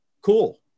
cool